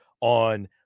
on –